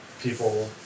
People